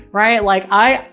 right? like i,